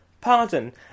Pardon